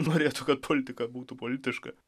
norėtų kad politika būtų politiška